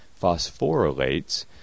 phosphorylates